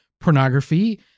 pornography